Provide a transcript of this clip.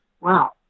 Wow